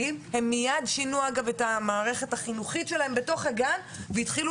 הם מייד שינו את המערכת החינוכית שלהם בתוך הגן והתחילו